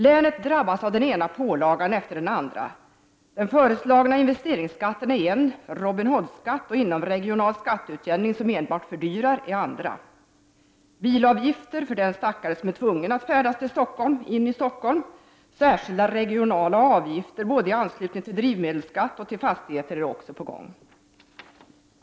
Länet drabbas av den ena pålagan efter den andra. Den föreslagna investeringsskatten är en pålaga, Robin Hood-skatt och inomregional skatteutjämning, som enbart fördyrar, är andra pålagor. Det är också på gång att införa bilavgifter för den stackare som är tvungen att färdas till Stockholm och särskilda regionala avgifter både i anslutning till drivmedelsskatt och till fastighetsinnehav.